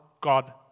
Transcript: God